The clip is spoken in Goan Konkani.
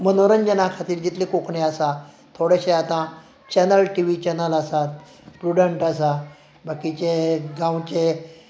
मनोरंजना खातीर जितली कोंकणी आसा थोडेशें आतां चॅनल टिवी चॅनल आसात प्रुडंट आसा बाकीचे गांवचे